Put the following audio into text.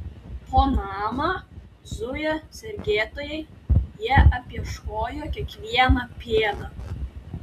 po namą zujo sergėtojai jie apieškojo kiekvieną pėdą